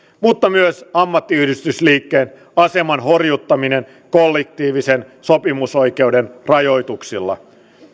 mutta myös ammattiyhdistysliikkeen aseman horjuttaminen kollektiivisen sopimusoikeuden rajoituksilla